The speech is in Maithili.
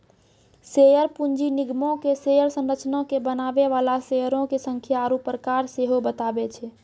शेयर पूंजी निगमो के शेयर संरचना के बनाबै बाला शेयरो के संख्या आरु प्रकार सेहो बताबै छै